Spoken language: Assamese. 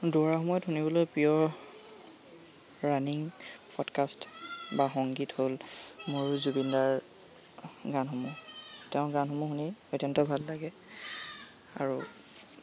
দৌৰা সময়ত শুনিবলৈ প্ৰিয় ৰানিং পডকাষ্ট বা সংগীত হ'ল মোৰ জুবিনদাৰ গানসমূহ তেওঁৰ গানসমূহ শুনি অত্যন্ত ভাল লাগে আৰু